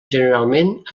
generalment